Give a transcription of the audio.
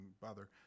bother